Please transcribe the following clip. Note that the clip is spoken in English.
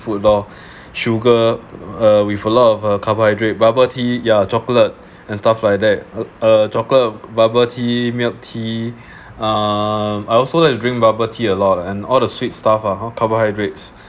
food lor sugar uh with a lot of a carbohydrate bubble tea ya chocolate and stuff like that uh chocolate bubble tea milk tea uh I also like to drink bubble tea a lot and all the sweet stuff ah hor carbohydrates